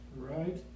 Right